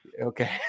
okay